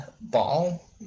ball